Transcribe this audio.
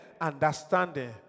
understanding